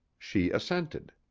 she assented.